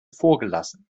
vorgelassen